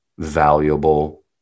valuable